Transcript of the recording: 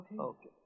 Okay